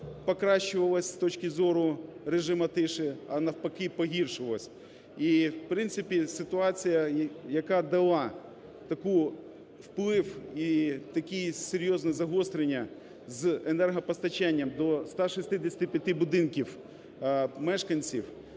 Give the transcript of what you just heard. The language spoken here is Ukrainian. покращувалась з точки зору режиму тиші, а навпаки погіршувалась. І в принципі ситуація, яка дала такий вплив і таке серйозне загострення з енергопостачанням до 165 будинків мешканців,